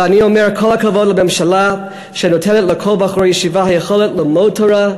ואני אומר כל הכבוד לממשלה שנותנת לכל בחור ישיבה את היכולת ללמוד תורה,